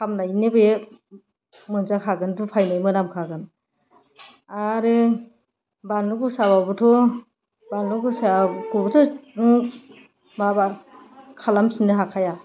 खामनायनि बे मोनजाखागोन दुफायनाय मोनामखागोन आरो बानलु गोसाबाबोथ' बानलु गोसाखौबोथ' नों माबा खालामफिननो हाखाया